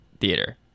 theater